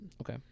Okay